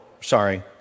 sorry